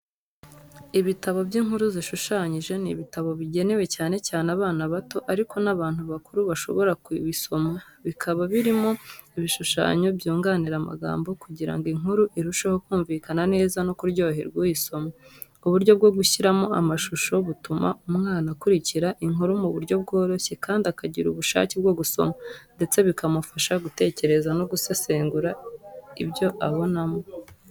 Ibitabo by’inkuru zishushanyije ni ibitabo bigenewe cyane cyane abana bato ariko n’abantu bakuru bashobora kubisoma, bikaba birimo ibishushanyo byunganira amagambo kugira ngo inkuru irusheho kumvikana neza no kuryohera uyisoma. Uburyo bwo gushyiramo amashusho butuma umwana akurikirana inkuru mu buryo bworoshye kandi akagira ubushake bwo gusoma, ndetse bikamufasha gutekereza no gusesengura ibyo abona.